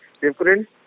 different